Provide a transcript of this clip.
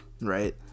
right